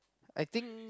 I think